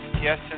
Yes